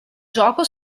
gioco